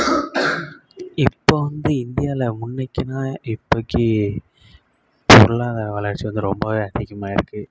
இப்போது வந்து இந்தியாவில் முன்னைக்கினா இப்பைக்கு பொருளாதார வளர்ச்சி வந்து ரொம்பவே அதிகமாயிருக்குது